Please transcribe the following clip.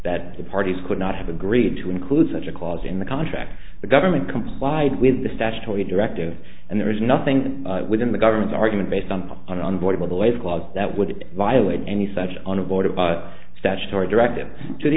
that the parties could not have agreed to include such a clause in the contract the government complied with the statutory directive and there is nothing within the government's argument based on the un envoy by the way the clause that would violate any such on a board of statutory directive to the